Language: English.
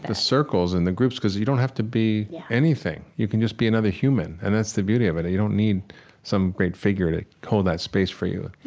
circles and the groups because you don't have to be anything. you can just be another human and that's the beauty of it. and you don't need some great figure to hold that space for you